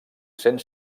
cent